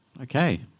Okay